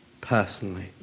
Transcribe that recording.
personally